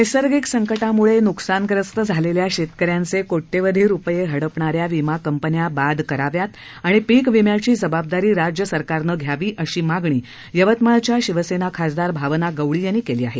नैसर्गिक संकटामुळे नुकसानग्रस्त झालेल्या शेतकऱ्यांचे कोट्यवधी रुपये हडपणाऱ्या विमा कंपन्या बाद कराव्यात आणि पिकविम्याची जबाबदारी राज्य सरकारनं घ्यावी अशी मागणी यवतमाळच्या शिवसेना खासदार भावना गवळी यांनी केली आहे